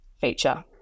feature